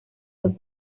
los